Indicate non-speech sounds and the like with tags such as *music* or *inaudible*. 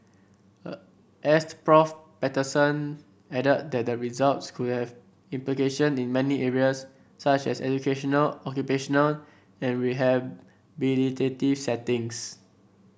*hesitation* Asst Prof Patterson added that the results could have implication in many areas such as educational occupational and rehabilitative settings